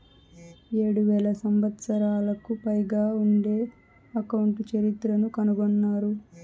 ఏడు వేల సంవత్సరాలకు పైగా ఉండే అకౌంట్ చరిత్రను కనుగొన్నారు